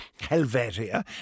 Helvetia